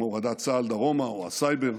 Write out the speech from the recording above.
כמו הורדת צה"ל דרומה או הסייבר,